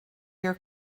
your